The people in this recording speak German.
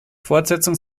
fortsetzung